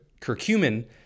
curcumin